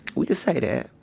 we could say that.